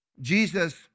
Jesus